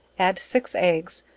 add six eggs,